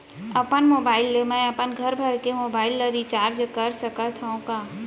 अपन मोबाइल ले मैं अपन घरभर के मोबाइल ला रिचार्ज कर सकत हव का?